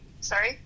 Sorry